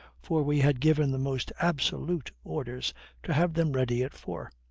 for we had given the most absolute orders to have them ready at four,